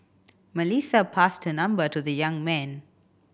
Melissa passed her number to the young man